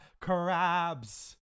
Crabs